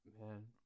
man